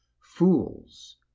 Fools